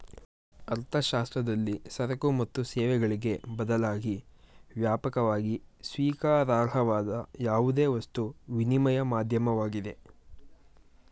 ಅರ್ಥಶಾಸ್ತ್ರದಲ್ಲಿ ಸರಕು ಮತ್ತು ಸೇವೆಗಳಿಗೆ ಬದಲಾಗಿ ವ್ಯಾಪಕವಾಗಿ ಸ್ವೀಕಾರಾರ್ಹವಾದ ಯಾವುದೇ ವಸ್ತು ವಿನಿಮಯ ಮಾಧ್ಯಮವಾಗಿದೆ